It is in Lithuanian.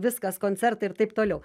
viskas koncertai ir taip toliau